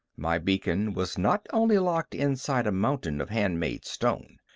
my beacon was not only locked inside a mountain of handmade stone,